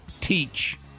teach